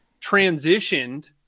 transitioned